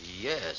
Yes